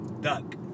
Duck